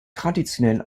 traditionell